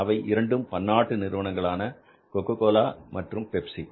அவை இரண்டும் பன்னாட்டு நிறுவனங்களான கொக்கோ கோலா மற்றும் பெப்ஸி